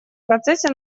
процессе